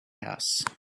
house